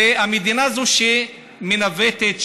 והמדינה היא זאת שמנווטת,